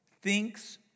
Thinks